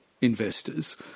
investors